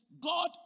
God